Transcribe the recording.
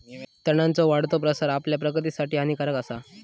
तणांचो वाढतो प्रसार आपल्या प्रगतीसाठी हानिकारक आसा